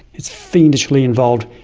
it's fiendishly involved,